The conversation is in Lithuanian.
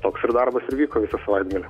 toks ir darbas ir vyko visą savaitgalį